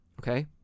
Okay